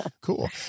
Cool